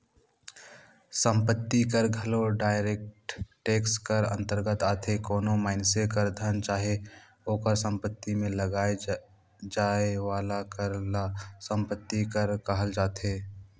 संपत्ति कर घलो डायरेक्ट टेक्स कर अंतरगत आथे कोनो मइनसे कर धन चाहे ओकर सम्पति में लगाए जाए वाला कर ल सम्पति कर कहल जाथे